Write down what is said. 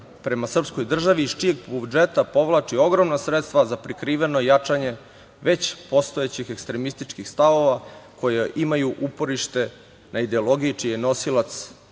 prema srpskoj državi iz čijeg budžeta povlači ogromna sredstva za prikriveno jačanje već postojećih ekstremističkih stavova koja imaju uporište na ideologiji čiji je nosilac